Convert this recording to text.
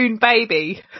Baby